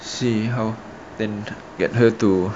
see how then get her to